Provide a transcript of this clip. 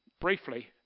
briefly